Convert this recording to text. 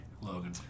Logan